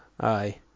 Aye